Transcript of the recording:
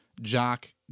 jock